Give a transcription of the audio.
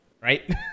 Right